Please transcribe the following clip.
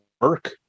work